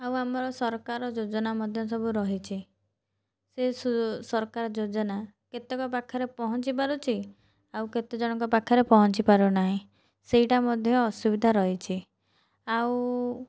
ଆଉ ଆମର ସରକାର ଯୋଜନା ମଧ୍ୟ ସବୁ ରହିଛି ସେ ସରକାର ଯୋଜନା କେତେକ ପାଖରେ ପହଞ୍ଚିପାରୁଛି ଆଉ କେତେଜଣଙ୍କ ପାଖରେ ପହଞ୍ଚିପାରୁନାହିଁ ସେଇଟା ମଧ୍ୟ ଅସୁବିଧା ରହିଛି ଆଉ